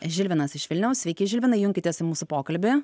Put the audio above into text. žilvinas iš vilniaus sveiki žilvinai junkitės į mūsų pokalbį